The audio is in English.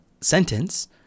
sentence